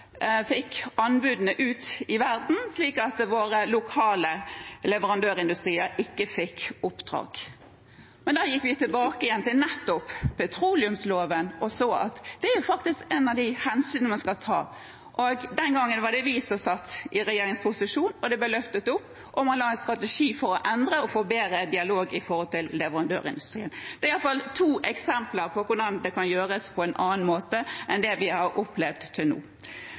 fikk anbudene ute i verden, slik at vår lokale leverandørindustri ikke fikk oppdrag. Men da gikk vi tilbake til nettopp petroleumsloven og så at det faktisk er et av de hensynene man skal ta. Den gangen var det vi som satt i regjeringsposisjon, og det ble løftet opp, og man la en strategi for å endre og få bedre dialog med leverandørindustrien. Dette er iallfall to eksempler på hvordan det kan gjøres på en annen måte enn det vi har opplevd til nå.